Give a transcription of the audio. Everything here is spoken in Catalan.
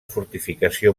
fortificació